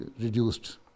reduced